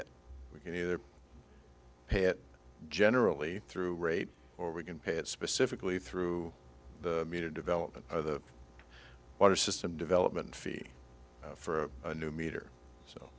it we can either pay it generally through rate or we can pay it specifically through the media development or the water system development fee for a new meter